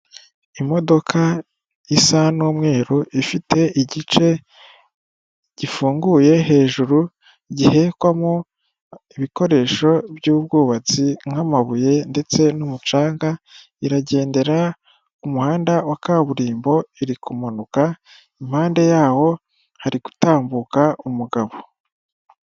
Imodoka isa n'umweru ifite igice gifunguye hejuru gihehekwamo ibikoresho by'ubwubatsi nk'amabuye ndetse n'umucanga, iragendera ku muhanda wa kaburimbo iri kumanuka, impande yaho harigutambuka umugabo.